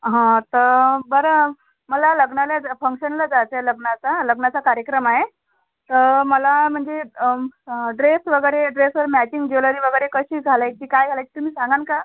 हां तं बरं मला लग्नाला फंक्शनला जायचं आहे लग्नाचा लग्नाचा कार्यक्रम आहे तर मला म्हणजे ड्रेस वगैरे ड्रेसवर मॅचिंग ज्वेलरी वगैरे कशी घालायची की काय घालायची सांगाल का